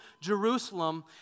Jerusalem